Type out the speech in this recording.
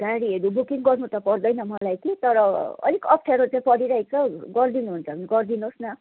गाडीहरू बुकिङ गर्नु त पर्दैन मलाई कि तर अलिक अप्ठ्यारो चाहिँ परिरहेको छ गरिदिनु हुन्छ भने गरिदिनुहोस् न